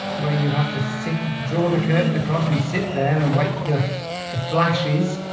where you have to sit draw the curtain across and sit there and wait for the the flashes